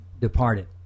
Departed